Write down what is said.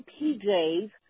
PJs